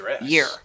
year